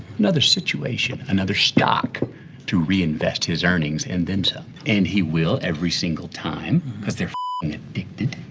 another situation, another stock to reinvest his earnings and then some. and, he will every single time cause they're fucking addicted.